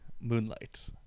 Moonlight